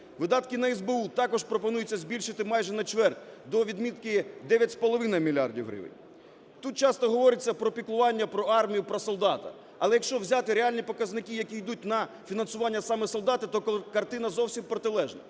Видатки на СБУ також пропонується збільшити майте на чверть до відмітки 9,5 мільярдів гривень. Тут часто говориться про піклування, про армію, про солдата. Але, якщо взяти реальні показники, які ідуть на фінансування саме солдата, то картина зовсім протилежна.